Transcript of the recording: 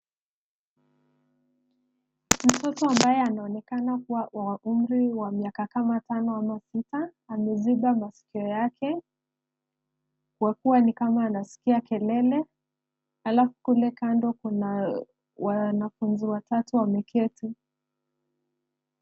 Mtoto ambaye anaonekana kuwa wa umri wa miaka kama tano ama sita ameziba masikio yake kwa kua ni kama anasikia kelele. Alafu kule kando kuna wanafunzi watatu wameketi.